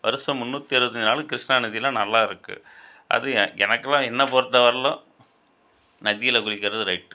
வருஷம் முன்னுாற்றி அறுபத்தஞ்சு நாளும் கிருஷ்ணா நதிலெல்லாம் நல்லா இருக்கு அது எ எனக்கெல்லாம் என்னை பொறுத்த வரைலும் நதியில் குளிக்கிறது ரைட்டு